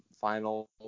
final